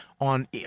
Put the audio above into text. on